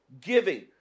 giving